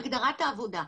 הגדרת העבודה.